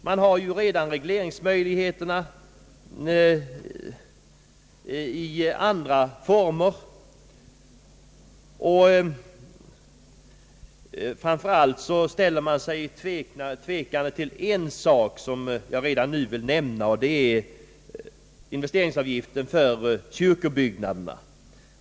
Det finns ju redan regleringsmöjligheter i andra former, och framför allt ställer man sig tveksam till en sak som jag redan nu vill nämna. Det är investeringsavgiften för kyrkobyggnaderna.